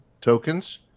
tokens